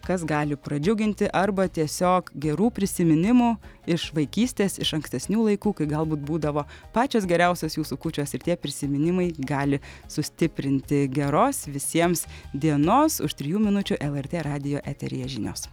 kas gali pradžiuginti arba tiesiog gerų prisiminimų iš vaikystės iš ankstesnių laikų kai galbūt būdavo pačios geriausios jūsų kūčios ir tie prisiminimai gali sustiprinti geros visiems dienos už trijų minučių lrt radijo eteryje žinios